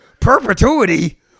perpetuity